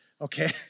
okay